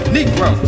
Negro